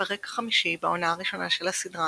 הפרק החמישי בעונה הראשונה של הסדרה